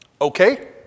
Okay